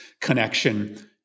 connection